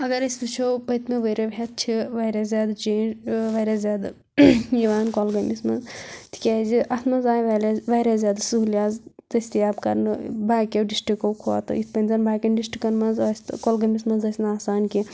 اگر أسۍ وُچھَو پٔتمیٚو ؤرۍ یَو ہٮ۪تھ چھِ واریاہ زیادٕ چینج واریاہ زیادٕ یِوان کۄلگٲمِس منٛز تِکیٛازِ اَتھ منٛز آیہِ والیہ واریاہ زیادٕ سہوٗلِیاژ دٔستیاب کرنہٕ باقِیَو ڈِسٹرکَو کھۄتہٕ یِتھ کَنۍ زَن باقِیَن ڈِسٹرکَن منٛز ٲسۍ تہٕ کۄلگٲمِس منٛز ٲسۍ نہٕ آسان کیٚنٛہہ